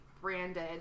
branded